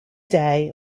day